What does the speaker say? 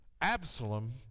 Absalom